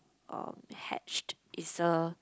um Hatched is a